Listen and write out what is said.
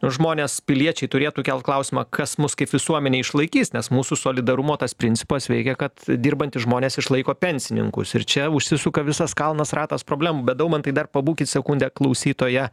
žmonės piliečiai turėtų kelt klausimą kas mus kaip visuomenę išlaikys nes mūsų solidarumo tas principas veikia kad dirbantys žmonės išlaiko pensininkus ir čia užsisuka visas kalnas ratas problemų bet daumantai dar pabūkit sekundę klausytoja